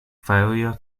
failure